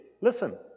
Listen